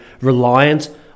reliant